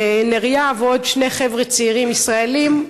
ונריה ועוד שני חבר'ה צעירים ישראלים,